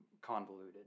convoluted